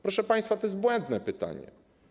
Proszę państwa, to jest błędne pytanie.